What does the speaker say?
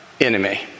enemy